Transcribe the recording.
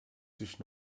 sich